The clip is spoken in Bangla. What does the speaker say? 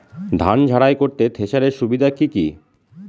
ধান ঝারাই করতে থেসারের সুবিধা কি কি?